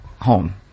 home